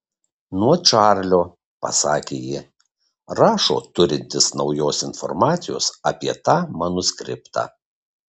nuo čarlio pasakė ji rašo turintis naujos informacijos apie tą manuskriptą